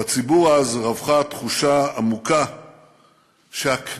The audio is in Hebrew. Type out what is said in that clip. בציבור אז רווחה תחושה עמוקה שהכנסת,